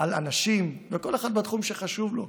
על אנשים, וכל אחד בתחום שחשוב לו.